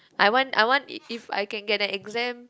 I want I want if I can get an exam